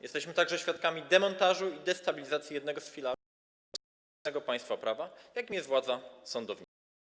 Jesteśmy także świadkami demontażu i destabilizacji jednego z filarów demokratycznego państwa prawa, jakim jest władza sądownicza.